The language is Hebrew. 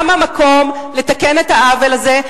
שם המקום לתקן את העוול הזה.